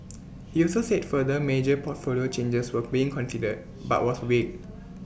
he also said further major portfolio changes were being considered but was vague